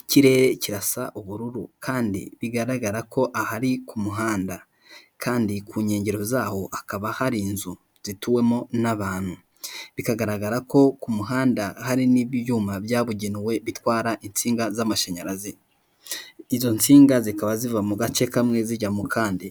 Ikirere kirasa ubururu kandi bigaragara ko ahari ku muhanda kandi ku nkengero zaho hakaba hari inzu zituwemo n'abantu bikagaragara ko ku muhanda hari n'ibyuma byabugenewe bitwara insinga z'amashanyarazi izo nsinga zikaba ziva mu gace kamwe zijya mu kandi